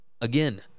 Again